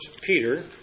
Peter